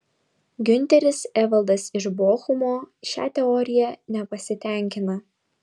giunteris evaldas iš bochumo šia teorija nepasitenkina